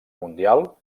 mundial